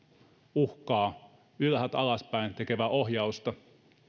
uhkaa ylhäältä alaspäin tehtävää ohjausta